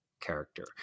character